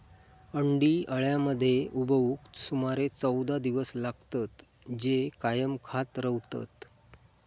अंडी अळ्यांमध्ये उबवूक सुमारे चौदा दिवस लागतत, जे कायम खात रवतत